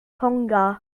tonga